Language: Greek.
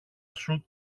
σου